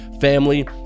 family